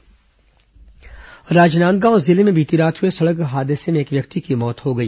दुर्घटना राजनांदगांव जिले में बीती रात हुए सड़क हादसे में एक व्यक्ति की मौत हो गई